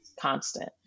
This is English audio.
constant